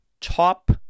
top